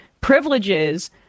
privileges